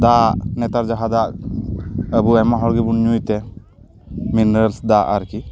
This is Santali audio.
ᱫᱟᱜ ᱱᱮᱛᱟᱨ ᱡᱟᱦᱟᱸ ᱫᱟᱜ ᱟᱵᱚ ᱟᱭᱢᱟ ᱦᱚᱲ ᱜᱮᱵᱚᱱ ᱧᱩᱭᱛᱮ ᱢᱤᱱᱟᱨᱥ ᱫᱟᱜ ᱟᱨᱠᱤ